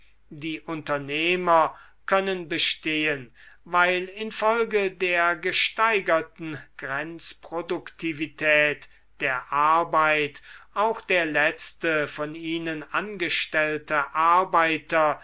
die unternehmer können bestehen weil infolge der gesteigerten grenzproduktivität der arbeit auch der letzte von ihnen angestellte arbeiter